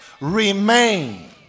Remain